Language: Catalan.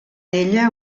ella